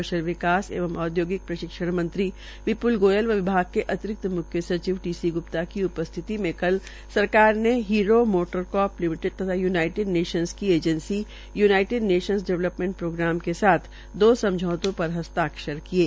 कौशल विकास एवं औदयोगिक प्रशिक्षण मंत्री विप्ल गोयल व विभाग के अतिरिक्त मुख्य सचिव टी सी गुप्ता की उपस्थिति मे कल सरकार ने हीरो मोटोकोप लिमिटेड तथा यूनाटेड नेशन की की agency United Nations Development Programme के साथ दो समझौतों पर हस्ताक्षर किये